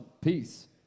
Peace